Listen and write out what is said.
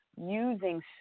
using